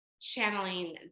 channeling